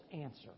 answer